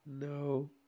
no